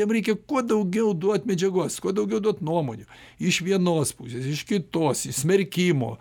jam reikia kuo daugiau duot medžiagos kuo daugiau duot nuomonių iš vienos pusės iš kitos smerkimo